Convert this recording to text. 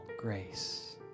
grace